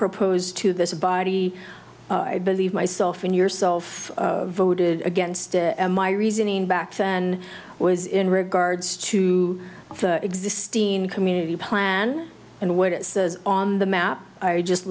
proposed to this body i believe myself in yourself voted against my reasoning back then was in regards to the existing community plan and what it says on the map i just